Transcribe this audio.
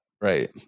Right